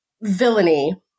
villainy